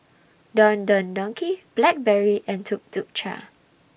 Don Don Donki Blackberry and Tuk Tuk Cha